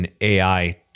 AI